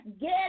get